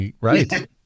right